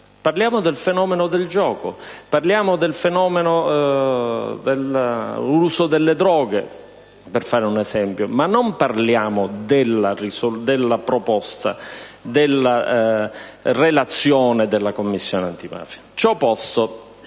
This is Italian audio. parliamo del fenomeno del gioco, parliamo del fenomeno delle droghe, tanto per fare un esempio, ma non parliamo della relazione della Commissione antimafia. Ciò posto,